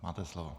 Máte slovo.